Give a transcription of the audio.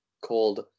called